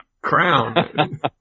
crown